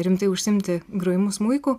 rimtai užsiimti grojimu smuiku